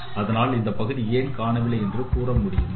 அதனால் இந்தப் பகுதி ஏன் காணவில்லை என்று கூற இயலுமா